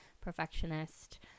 perfectionist